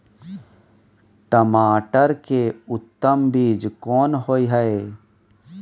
टमाटर के उत्तम बीज कोन होय है?